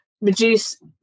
reduce